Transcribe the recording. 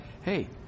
hey